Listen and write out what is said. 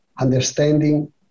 understanding